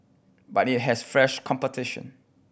but it has fresh competition